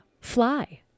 fly